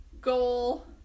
goal